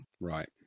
Right